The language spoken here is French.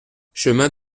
chemin